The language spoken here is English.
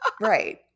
Right